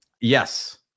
Yes